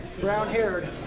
brown-haired